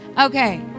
Okay